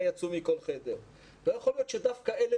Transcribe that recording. לא יכול להיות שדווקא אתרים אלו